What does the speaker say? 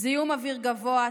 זיהום אוויר גבוה,